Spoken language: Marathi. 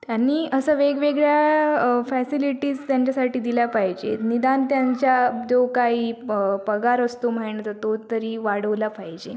त्यांनी असं वेगवेगळ्या फॅसिलिटीज त्यांच्यासाठी दिल्या पाहिजे निदान त्यांच्या जो काही प पगार असतो महिन्याचा तो तरी वाढवला पाहिजे